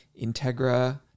Integra